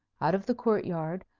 out of the court-yard,